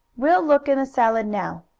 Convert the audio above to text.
we'll look in the salad now,